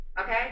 Okay